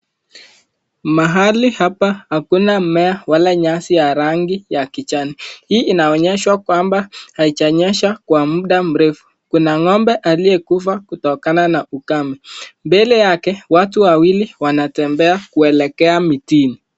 Mahali hapa hakuna mmea wala nyasi ya rangi ya kijani, hii inaonyeshwa kwamba haijanyesha kwa muda mrefu kuna ng'ombe aliyekufa kutokana na ukame, mbele yake watu wawili wanatembea kuelekea mitini.